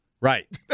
Right